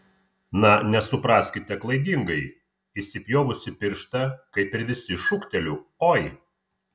na nesupraskite klaidingai įsipjovusi pirštą kaip ir visi šūkteliu oi